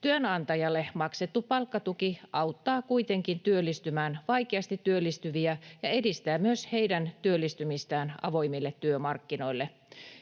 Työnantajalle maksettu palkkatuki auttaa kuitenkin vaikeasti työllistyviä työllistymään ja edistää myös heidän työllistymistään avoimille työmarkkinoille.